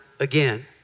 again